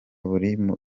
muri